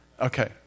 Okay